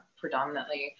predominantly